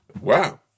Wow